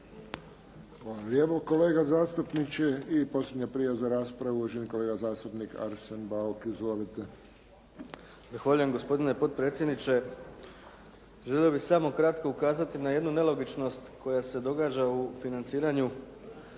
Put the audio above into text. Hvala lijepo, kolega zastupniče. I posljednja prijava za raspravu uvaženi kolega zastupnik Arsen Bauk. Izvolite. **Bauk, Arsen (SDP)** Zahvaljujem. Gospodine potpredsjedniče. Želio bih samo ukratko ukazati na jednu nelogičnost koja se događa u financiranju